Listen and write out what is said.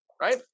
right